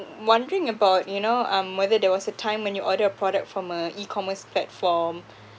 wondering about you know um whether there was a time when you order product from a e-commerce platform